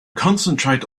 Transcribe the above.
concentrate